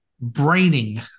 braining